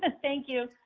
ah thank you.